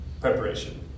preparation